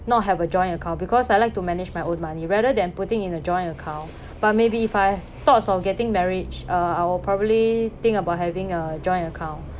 not have a joint account because I like to manage my own money rather than putting in a joint account but maybe if I have thoughts of getting marriage uh I'll probably think about having a joint account